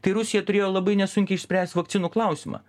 tai rusija turėjo labai nesunkiai išspręst vakcinų klausimą